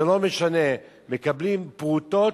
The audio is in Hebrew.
זה לא משנה, מקבלים פרוטות,